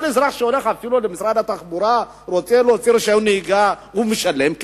כל אזרח שהולך אפילו למשרד התחבורה ורוצה להוציא רשיון נהיגה משלם כסף.